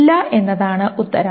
ഇല്ല എന്നാണ് ഉത്തരം